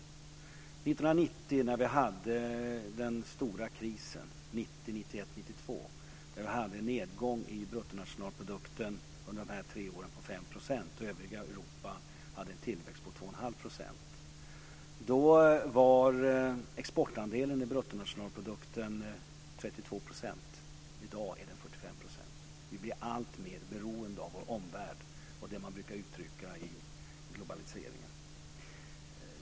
Åren 1990-1992 var det den stora krisen med en nedgång i bruttonationalprodukten med 5 %. Övriga Europa hade en tillväxt på 2,5 %. Då var exportandelen i bruttonationalprodukten 32 %. I dag är den 45 %. Vi blir alltmer beroende av vår omvärld. Det är det som uttrycks i globaliseringen.